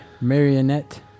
marionette